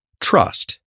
trust